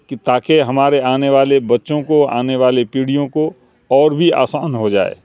کہ تاکہ ہمارے آنے والے بچوں کو آنے والے پیڑھیوں کو اور بھی آسان ہو جائے